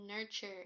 nurture